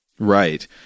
Right